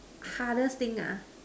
hardest thing ah